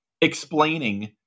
explaining